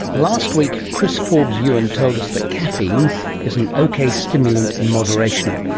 last week chris forbes-ewan told us that caffeine is an okay stimulant in moderation,